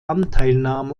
anteilnahme